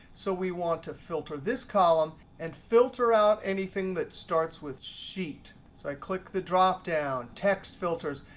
so we want to filter this column and filter out anything that starts with sheet. so i click the dropdown, text filters,